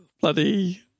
Bloody